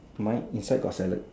mine inside got salad